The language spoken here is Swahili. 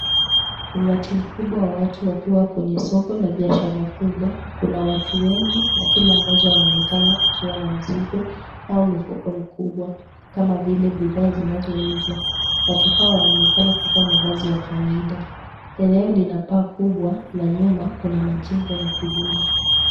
Umati mkubwa wa watu wakiwa kwenye soko la biashara kubwa. Kuna watu wengi, na kila mmoja anaonekana akiwa na mzigo au mfuko mkubwa kama vili bidhaa zinazouzwa. Watu hawa wanaonekana kuvaa mavazi ya kawaida. Eneo lina paa kubwa, na nyuma kuna majengo ya kivuli.